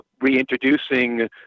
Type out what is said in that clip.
reintroducing